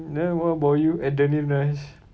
then what about you adrenaline rush